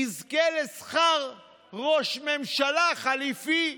יזכה לשכר ראש ממשלה חליפי.